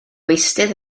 eistedd